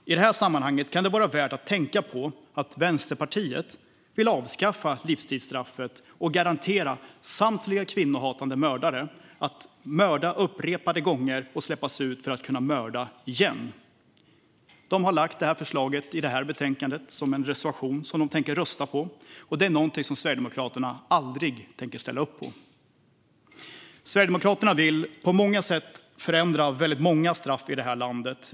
I det här sammanhanget kan det vara värt att tänka på att Vänsterpartiet vill avskaffa livstidsstraffet och garantera samtliga kvinnohatande mördare en upprepad möjlighet att släppas ut och mörda igen. Vänsterpartiet har lagt fram det förslaget som en reservation i betänkandet, och det tänker de rösta på. Det är något som Sverigedemokraterna aldrig tänker ställa upp på. Sverigedemokraterna vill på många sätt förändra väldigt många straff.